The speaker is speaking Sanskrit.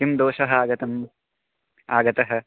किं दोषः आगतम् आगतः